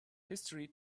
history